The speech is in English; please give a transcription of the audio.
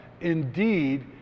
indeed